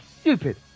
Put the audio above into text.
stupid